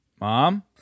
Mom